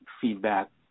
feedback